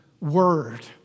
word